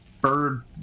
bird